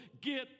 get